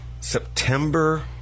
September